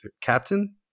captain